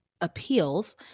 appeals